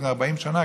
לפני 40 שנה,